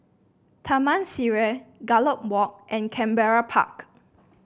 Taman Sireh Gallop Walk and Canberra Park